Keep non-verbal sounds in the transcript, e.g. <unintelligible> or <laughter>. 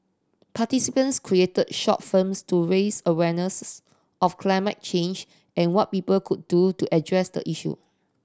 participants created short firms to raise awareness <unintelligible> of climate change and what people could do to address the issue